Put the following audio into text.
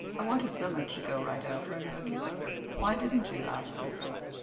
i wanted so much to go right over and hug you both. why didn't you? asked priscilla.